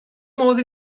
modd